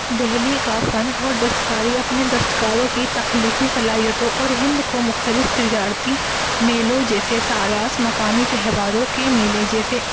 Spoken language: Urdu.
دہلی کا فن اور دستکاری اپنے دستکاروں کی تخلیقی صلاحیتوں اور ہند کو مختلف تجارتی میلوں جیسے ساراس مقامی تہواروں کے میلے جیسے